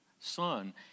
son